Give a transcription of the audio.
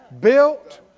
built